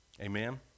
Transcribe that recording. Amen